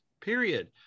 Period